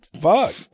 fuck